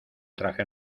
traje